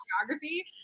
geography